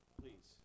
please